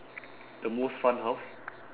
the most fun house